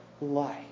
life